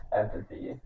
empathy